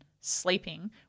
sleeping